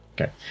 okay